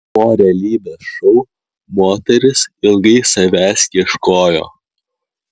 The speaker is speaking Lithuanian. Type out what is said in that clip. po realybės šou moteris ilgai savęs ieškojo